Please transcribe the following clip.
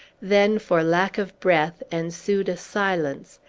then, for lack of breath, ensued a silence,